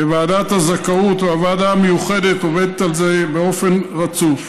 וועדת הזכאות והוועדה המיוחדת עובדת על זה באופן רצוף.